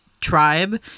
tribe